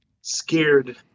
scared